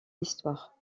histoire